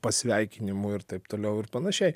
pasveikinimu ir taip toliau ir panašiai